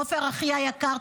עופר אחי היקר,